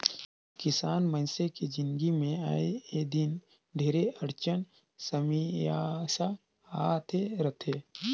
किसान मइनसे के जिनगी मे आए दिन ढेरे अड़चन समियसा आते रथे